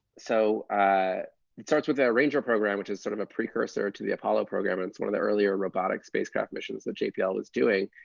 so it starts with the ranger program, which is sort of a precursor to the apollo program. it's one of the earlier robotic spacecraft missions that jpl is doing.